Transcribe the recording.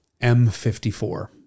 M54